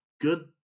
good